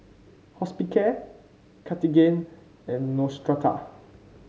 Hospicare Cartigain and Neostrata